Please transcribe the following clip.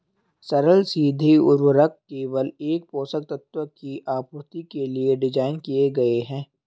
सरल सीधे उर्वरक केवल एक पोषक तत्व की आपूर्ति के लिए डिज़ाइन किए गए है